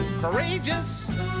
courageous